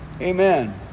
Amen